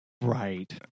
right